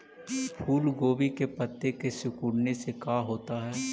फूल गोभी के पत्ते के सिकुड़ने से का होता है?